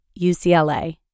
UCLA